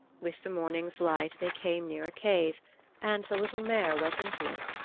with the morning's light they came near a cave and the little mare went into it.